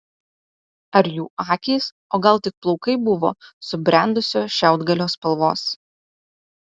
ar jų akys o gal tik plaukai buvo subrendusio šiaudgalio spalvos